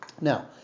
Now